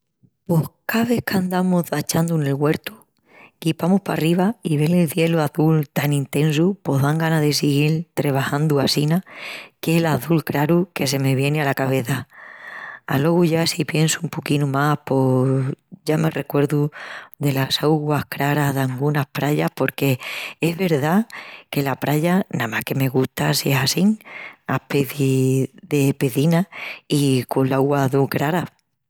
Pos ca vés qu'andamus çachandu nel güertu guipamus parriba i vel el cielu azul tan intesu pos dan ganas de siguil trebajandu assina qu'es el azul craru que se me vieni ala cabeça. Alogu ya si piensu un poquinu más pos ya me recuerdu delas auguas craras d'angunas prayas porque es verdá que la praya namás que me gusta si es assín aspeci de pecina i col augua azul crara.